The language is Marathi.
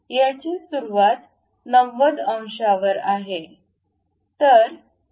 याची सुरुवात 90 अंशांवर आहे